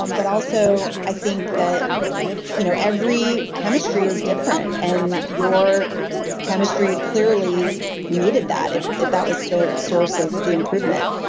um but also, i think that you know every chemistry is different, and your chemistry clearly needed that if if that was the source of the improvement.